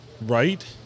Right